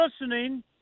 listening